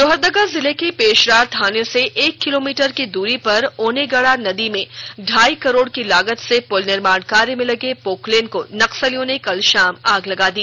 लोहरदगा जिले के पेशरार थाने से एक किलोमीटर की दूरी पर ओनेगड़ा नदी में ढाई करोड़ की लागत से पुल निर्माण कार्य में लगे पोकलेन को नक्सलियों ने कल शाम आग लगा दी